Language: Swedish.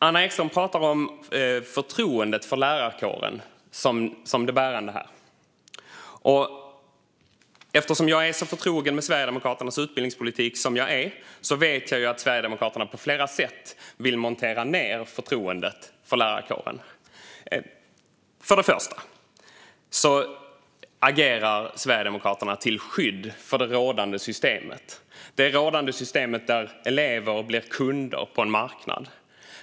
Anna Ekström talar om förtroendet för lärarkåren som det bärande här, och eftersom jag är så förtrogen med Sverigedemokraternas utbildningspolitik som jag är vet jag att Sverigedemokraterna på flera sätt vill montera ned förtroendet för lärarkåren. För det första agerar Sverigedemokraterna till skydd för det rådande systemet, där elever har blivit kunder på en marknad.